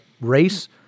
race